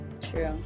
true